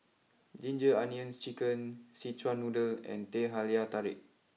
Ginger Onions Chicken Szechuan Noodle and Teh Halia Tarik